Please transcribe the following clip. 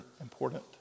important